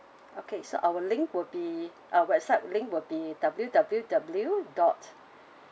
okay so our link will be uh website link will be W_W_W dot